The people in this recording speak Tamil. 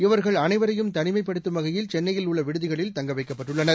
இவர்கள் அனைவரையும் தனிமைப்படுத்தும் வகையில் சென்னையில் உள்ள விடுதிகளில் தங்க வைக்கப்பட்டுள்ளனர்